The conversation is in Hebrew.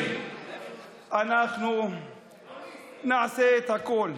חברים, אנחנו נעשה את הכול,